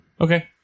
Okay